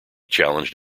challenged